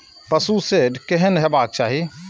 पशु शेड केहन हेबाक चाही?